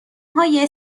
های